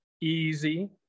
easy